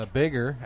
bigger